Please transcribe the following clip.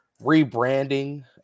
rebranding